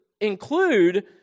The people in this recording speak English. include